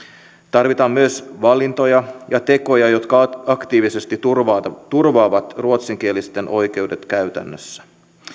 tarvitaan myös valintoja ja tekoja jotka aktiivisesti turvaavat turvaavat ruotsinkielisten oikeudet käytännössä